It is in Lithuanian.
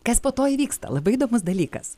kas po to įvyksta labai įdomus dalykas